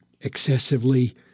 excessively